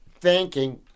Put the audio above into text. thanking